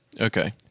Okay